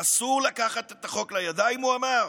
אסור לקחת את החוק לידיים, הוא אמר?